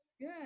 Good